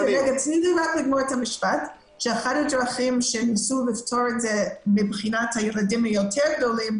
אחד הדרכים שניסו לפתור את זה מבחינת הילדים היותר גדולים,